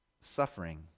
suffering